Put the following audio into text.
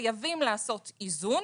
חייבים לעשות איזון